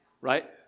right